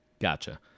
Gotcha